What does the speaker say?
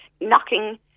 knocking